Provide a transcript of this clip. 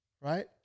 Right